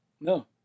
No